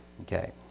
Okay